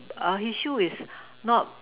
uh his shoe is not